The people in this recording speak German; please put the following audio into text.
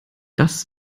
das